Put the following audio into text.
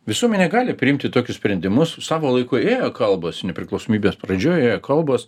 visuomenė gali priimti tokius sprendimus savo laiku ėjo kalbos nepriklausomybės pradžioj ėjo kalbos